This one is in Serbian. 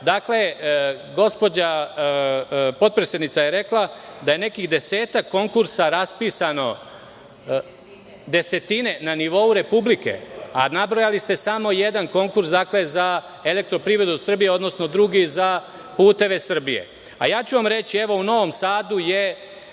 itd. Dakle, gospođa potpredsednica je rekla da je nekih desetak konkursa raspisano desetine, na nivou Republike, a nabrojali ste samo jedan konkurs, dakle za Elektroprivredu Srbije, odnosno drugi za puteve Srbije. Reći ću vam, evo u Novom Sadu je